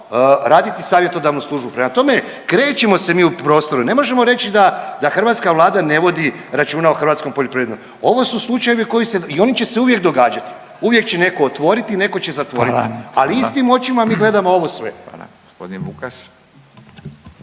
raditi savjetodavnu službu. Prema tome, krećemo se mi u prostoru. Ne možemo reći da Hrvatska Vlada ne vodi računa o hrvatskom poljoprivredniku. Ovo su slučajevi koji se i oni će se uvijek događati, uvijek će netko otvorit, netko će zatvoriti. …/Upadica Radin: Hvala.